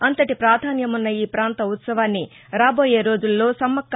అంతటి ప్రాధాన్యమున్న ఈ ప్రాంత ఉత్సవాన్ని రాబోయే రోజుల్లో సమ్మక్క